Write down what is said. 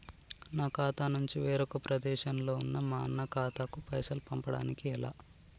నా ఖాతా నుంచి వేరొక ప్రదేశంలో ఉన్న మా అన్న ఖాతాకు పైసలు పంపడానికి ఎలా?